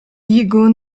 jego